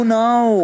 now